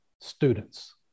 students